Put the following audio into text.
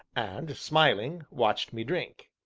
and, smiling, watched me drink.